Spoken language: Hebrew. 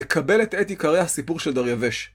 אקבל את עיקרי הסיפור של דריווש.